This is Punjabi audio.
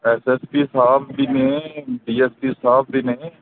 ਐਸ ਐਸ ਪੀ ਸਾਹਿਬ ਵੀ ਨੇ ਡੀ ਐਸ ਪੀ ਸਾਹਿਬ ਵੀ ਨੇ